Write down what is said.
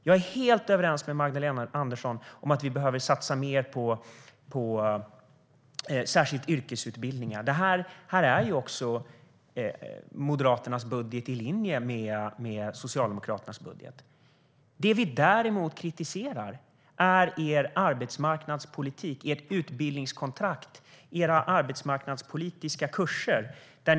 Jag är helt överens med Magdalena Andersson om att satsa mer särskilt på yrkesutbildningar. Här är också Moderaternas budget i linje med Socialdemokraternas budget. Det vi däremot kritiserar är er arbetsmarknadspolitik, ert utbildningskontrakt, era arbetsmarknadspolitiska kurser.